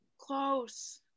close